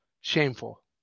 Shameful